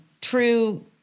True